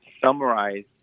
summarize